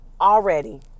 Already